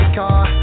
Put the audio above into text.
car